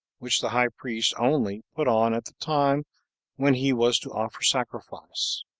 which the high priest only put on at the time when he was to offer sacrifice.